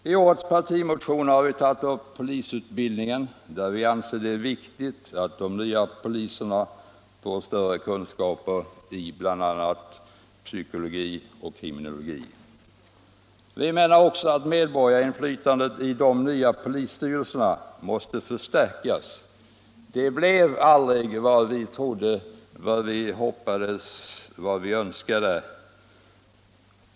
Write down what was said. I årets partimotion har vi tagit upp polisutbildningen, där vi anser det viktigt att de nya poliserna får bättre kunskaper i bl.a. psykologi och kriminologi. Vi menar också att medborgarinflytandet i de nya polisstyrelserna måste förstärkas. Det blev inte vad man trodde, hoppades och önskade.